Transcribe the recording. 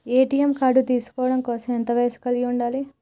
ATM card తీసుకోవడం కోసం ఎంత వయస్సు కలిగి ఉండాలి?